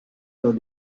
dans